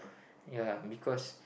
ya because